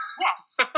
yes